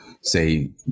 say